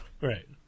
right